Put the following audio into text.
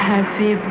Happy